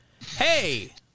Hey